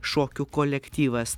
šokių kolektyvas